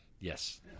Yes